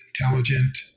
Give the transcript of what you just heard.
intelligent